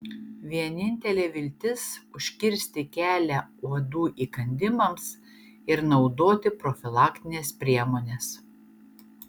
vienintelė viltis užkirsti kelią uodų įkandimams ir naudoti profilaktines priemones